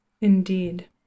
Indeed